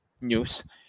news